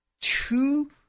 two